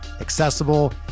accessible